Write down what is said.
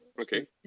Okay